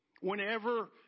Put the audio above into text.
Whenever